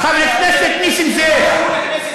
תירגע.